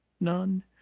none